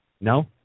No